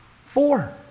Four